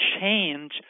change